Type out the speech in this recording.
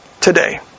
today